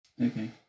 Okay